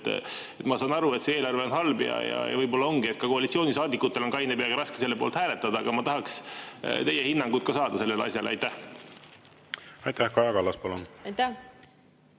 Ma saan aru, et see eelarve on halb ja võib-olla ongi nii, et ka koalitsioonisaadikutel on kaine peaga raske selle poolt hääletada, aga ma tahaks teie hinnangut saada sellele asjale. Aitäh,